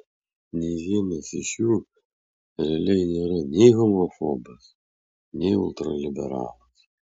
nei vienas iš jų realiai nėra nei homofobas nei ultraliberalas